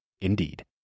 Indeed